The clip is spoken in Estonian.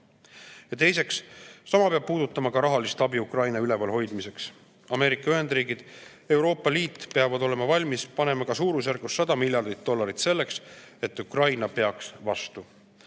Teiseks, sama peab puudutama ka rahalist abi Ukraina ülevalhoidmiseks. Ameerika Ühendriigid, Euroopa Liit peavad olema valmis panema ka suurusjärgus 100 miljardit dollarit selleks, et Ukraina peaks vastu.